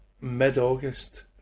mid-August